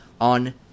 on